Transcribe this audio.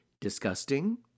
disgusting